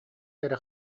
кэрэ